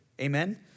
Amen